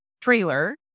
trailer